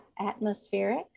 atmospheric